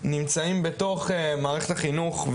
נמצאים בתוך מערכת החינוך,